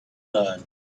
none